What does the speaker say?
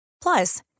Plus